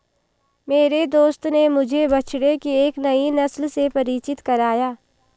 मेरे दोस्त ने मुझे बछड़े की एक नई नस्ल से परिचित कराया